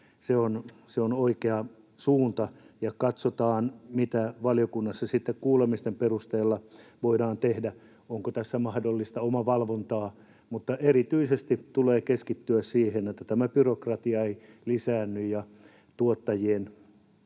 Se on oikea suunta. Katsotaan, mitä valiokunnassa sitten kuulemisten perusteella voidaan tehdä, onko tässä mahdollista omavalvontaa, mutta erityisesti tulee keskittyä siihen, että tämä byrokratia ei lisäänny ja tuottajien